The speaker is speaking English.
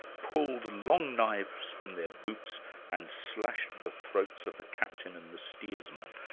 pulled long knives from their boots and slashed the throats of the captain and the steersman.